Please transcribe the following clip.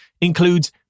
includes